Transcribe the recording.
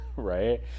Right